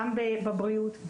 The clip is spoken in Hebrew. גם בבריאות,